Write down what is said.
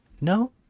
no